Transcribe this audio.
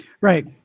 right